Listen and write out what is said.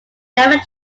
never